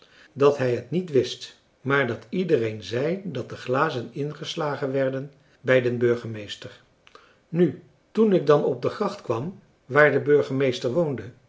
dat hij het niet wist maar dat iedereen zei dat de glazen ingeslagen werden bij den burgemeester nu toen ik dan op de gracht kwam waar de burgemeester woonde